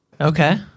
Okay